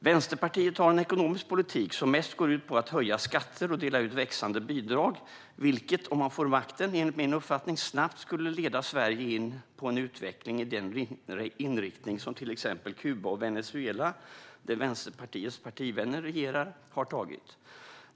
Vänsterpartiet har en ekonomisk politik som mest går ut på att höja skatter och dela ut växande bidrag, vilket enligt min uppfattning - om de skulle få makten - snabbt skulle leda Sverige in i en utveckling som har den inriktning som finns i till exempel Kuba och Venezuela, där Vänsterpartiets partivänner regerar.